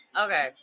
Okay